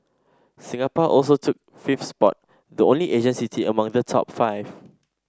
Singapore also took fifth spot the only Asian city among the top five